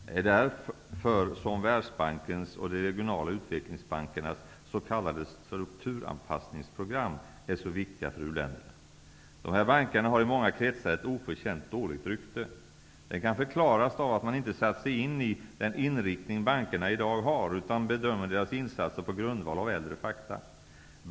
Det är därför som Världsbankens och de regionala utvecklingsbankernas s.k. strukturanpassningsprogram är så viktiga för uländerna. De här bankerna har i många kretsar ett oförtjänt dåligt rykte. Det kan förklaras av att man inte har satt sig in i den inriktning bankerna har i dag, utan bedömer deras insatser på grundval av äldre fakta.